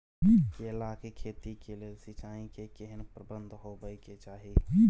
केला के खेती के लेल सिंचाई के केहेन प्रबंध होबय के चाही?